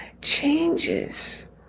changes